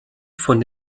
von